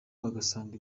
bagasanga